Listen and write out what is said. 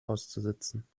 auszusitzen